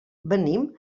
venim